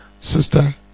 Sister